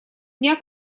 дня